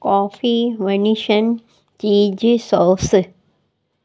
coffee वनीशन cheese sauce